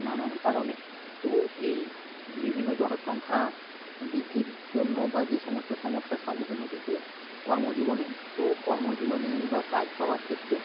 নানান কারণে তো এই বিভিন্ন জনসংখ্যা বৃদ্ধির জন্য বা যে সমস্ত সমস্যার সম্মুখীন হতে চেয়ে কর্মজীবনে তো কর্মজীবনে বা কাজ পাওয়ার ক্ষেত্রে